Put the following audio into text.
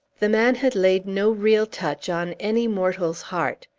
the man had laid no real touch on any mortal's heart.